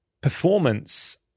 performance